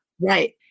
Right